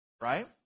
right